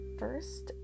first